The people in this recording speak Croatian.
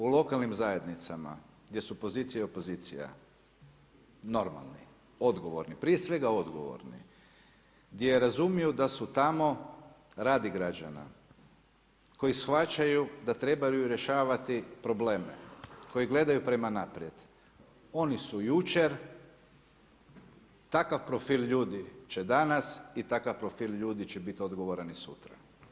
U lokalnim zajednicama gdje su pozicija i opozicija normalni, odgovorni, prije svega odgovorni, gdje su tamo radi građana koji shvaćaju da trebaju rješavati probleme, koji gledaju prema naprijed, oni su jučer takav profil će danas i takav profil ljudi će biti odgovoran i sutra.